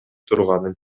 турганын